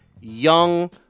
young